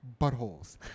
buttholes